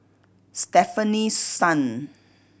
Stefanie Sun